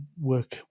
work